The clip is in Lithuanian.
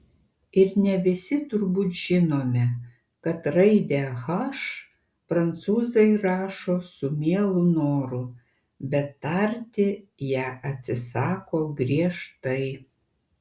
ir ne visi turbūt žinome kad raidę h prancūzai rašo su mielu noru bet tarti ją atsisako griežtai